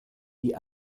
die